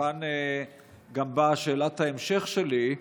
ומכאן גם באה שאלת ההמשך שלי.